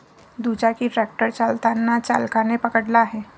दुचाकी ट्रॅक्टर चालताना चालकाने पकडला आहे